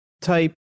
type